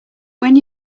when